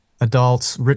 Adults